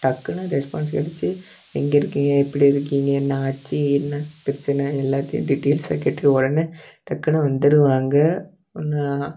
டக்குன்னு ரெஸ்பான்ஸ் அடிச்சு எங்கே இருக்கீங்க எப்படி இருக்கீங்க என்னாச்சு என்ன பிரச்சனை எல்லாத்தையும் டீட்டெயில்ஸாக கேட்டுவிட்டு உடனே டக்குன்னு வந்து விடுவாங்க